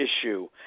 issue